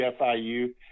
FIU